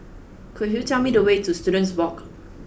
could you tell me the way to Students Walk